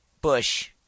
Bush